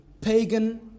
pagan